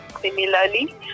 similarly